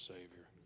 Savior